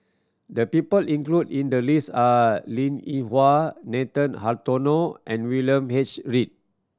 the people included in the list are Linn In Hua Nathan Hartono and William H Read